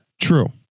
True